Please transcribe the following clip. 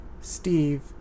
Steve